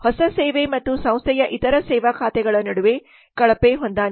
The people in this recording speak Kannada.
ಹೊಸ ಸೇವೆ ಮತ್ತು ಸಂಸ್ಥೆಯ ಇತರ ಸೇವಾಖಾತೆಗಳ ನಡುವೆ ಕಳಪೆ ಹೊಂದಾಣಿಕೆ